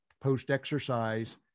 post-exercise